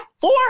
Four